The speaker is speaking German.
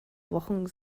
wochen